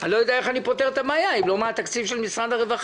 אני לא יודע איך אני פותר את הבעיה אם לא מהתקציב של משרד הרווחה,